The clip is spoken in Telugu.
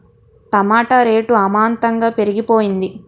టమాట రేటు అమాంతంగా పెరిగిపోయింది